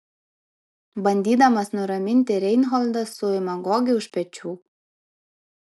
bandydamas nuraminti reinholdas suima gogį už pečių